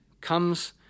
comes